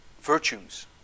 virtues